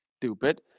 stupid